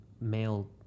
male